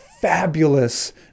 fabulous